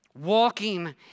walking